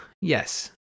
yes